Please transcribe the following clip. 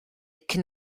cyn